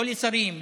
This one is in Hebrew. לא לשרים,